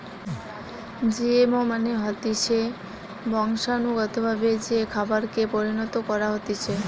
GMO মানে হতিছে বংশানুগতভাবে যে খাবারকে পরিণত করা হতিছে